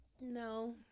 no